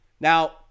now